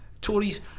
Tories